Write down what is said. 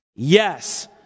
Yes